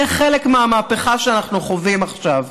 זה חלק מהמהפכה שאנחנו חווים עכשיו.